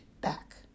back